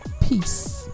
peace